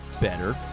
better